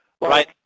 right